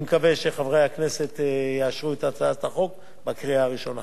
אני מקווה שחברי הכנסת יאשרו את הצעת החוק בקריאה ראשונה.